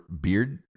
beard